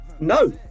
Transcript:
No